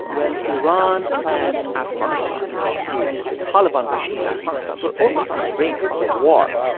when iran and afghanistan you know, the the taliban regime in afghanistan were almost on the brink of a war,